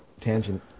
tangent